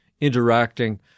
Interacting